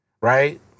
right